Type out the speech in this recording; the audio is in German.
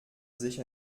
sich